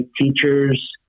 teachers